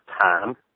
time